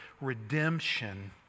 redemption